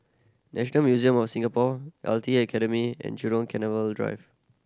National Museum of Singapore L T A Academy and Jurong Canal Drive